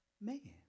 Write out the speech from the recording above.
man